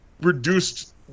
reduced